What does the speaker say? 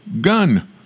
gun